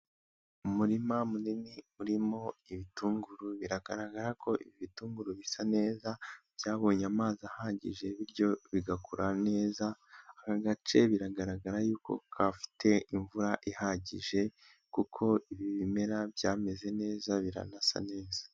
Umurima munini urimo ibitunguru biragaragara ko ibitunguru bisa neza byabonye amazi ahagije bityo bigakura neza, aka gace biragaragara y'uko gafite imvura ihagije kuko ibi bimera byameze neza biranasa neza.